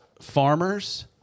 Farmers